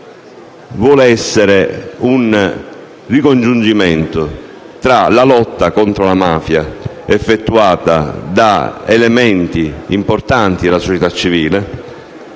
vuole essere un ricongiungimento tra la lotta contro la mafia effettuata da elementi importanti della società civile